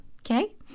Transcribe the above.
okay